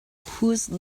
whose